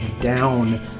down